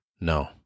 No